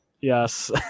yes